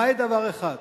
למעט דבר אחד: